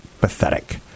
pathetic